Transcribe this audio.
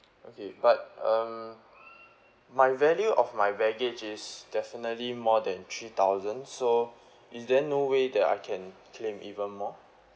okay but um my value of my baggage is definitely more than three thousand so is there no way that I can claim even more